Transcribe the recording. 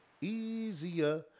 easier